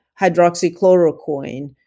hydroxychloroquine